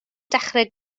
dechrau